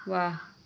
वाह